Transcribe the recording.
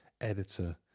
editor